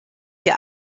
der